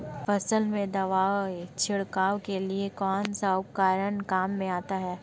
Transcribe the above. फसल में दवाई छिड़काव के लिए कौनसा उपकरण काम में आता है?